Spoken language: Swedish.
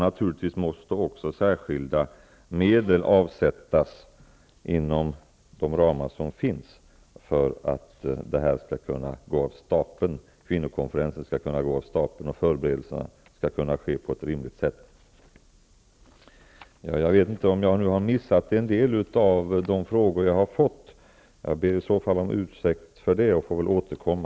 Naturligtvis måste också särskilda medel avsättas inom de ramar som finns för att detta skall kunna gå av stapeln. Kvinnokonferensen skall kunna genomföras, och förberedelserna måste kunna ske på ett rimligt sätt. Jag vet inte om jag nu missat en del av de frågor jag har fått. Jag ber i så fall om ursäkt för det och får återkomma.